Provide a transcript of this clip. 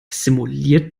simuliert